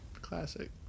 Classic